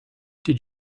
did